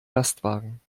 lastwagen